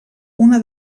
una